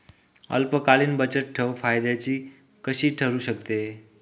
अल्पकालीन बचतठेव फायद्याची कशी ठरु शकते?